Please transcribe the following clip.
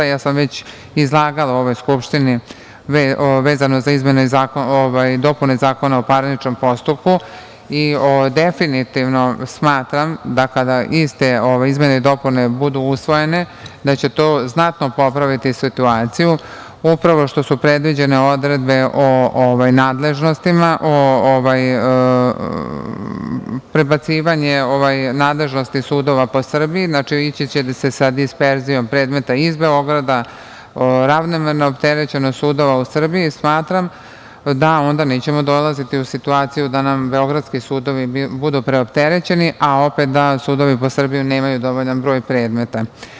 Ja sam već izlagala u ovoj Skupštini vezano za izmene i dopune Zakona o parničnom postupku i definitivno smatram da kada i te izmene i dopune budu usvojene, da će to znatno popraviti situaciju, upravo što su predviđene odredbe o nadležnostima, prebacivanje nadležnosti sudova po Srbiji, znači, ići će se sa disperzijom predmeta iz Beograda, ravnomerna opterećenost sudova i onda smatram da nećemo dolaziti u situaciju da nam beogradski sudovi budu preopterećeni a opet da sudovi po Srbiji nemaju dovoljan broj predmeta.